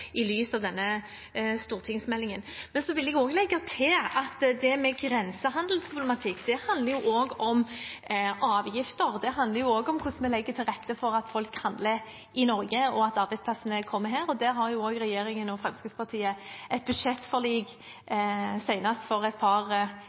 i lys av denne stortingsmeldingen. Jeg vil legge til at det med grensehandelsproblematikk også handler om avgifter. Det handler også om hvordan vi legger til rette for at folk handler i Norge, og at arbeidsplassene kommer her. Der har regjeringspartiene og Fremskrittspartiet et budsjettforlik,